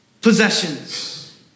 possessions